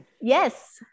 yes